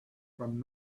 from